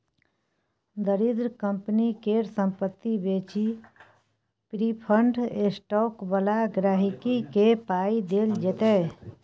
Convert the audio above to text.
दरिद्र कंपनी केर संपत्ति बेचि प्रिफर्ड स्टॉक बला गांहिकी केँ पाइ देल जेतै